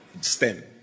stem